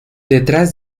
detrás